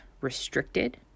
restricted